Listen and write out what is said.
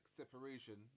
separation